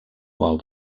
while